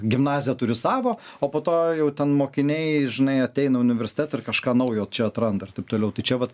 gimnazija turi savo o po to jau ten mokiniai žinai ateina į universitetą kažką naujo čia atranda ir taip toliau tai čia vat